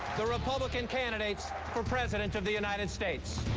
the republican candidates for president of the united states.